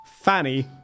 Fanny